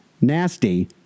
Nasty